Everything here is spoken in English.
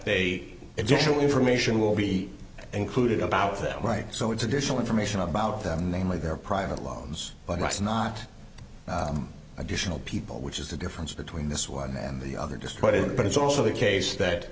they additional information will be included about that right so it's additional information about them namely their private loans but that's not additional people which is the difference between this one and the other just credit but it's also the case that